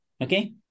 okay